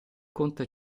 conta